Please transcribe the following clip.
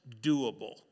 doable